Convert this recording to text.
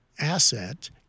asset